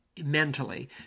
mentally